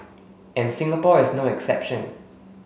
and Singapore is no exception